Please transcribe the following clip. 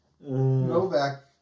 Novak